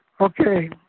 Okay